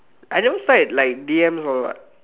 I never slide like D_Ms all what